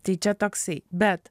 tai čia toksai bet